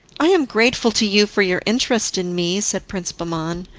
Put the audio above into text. i am grateful to you for your interest in me, said prince bahman,